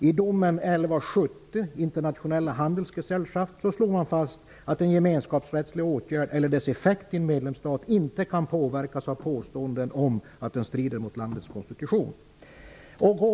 I domen 11/70, Internationale Handelsgesellschaft, slår man fast att en gemenskapsrättslig åtgärd eller dess effekt i en medlemsstat inte kan påverkas av påståenden om att den strider mot landets konstitution.